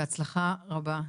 בהצלחה רבה.